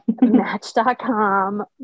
Match.com